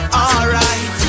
alright